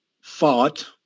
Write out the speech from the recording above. fought